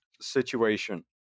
situation